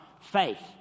faith